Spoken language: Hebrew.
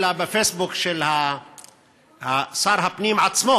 אלא בפייסבוק של שר הפנים עצמו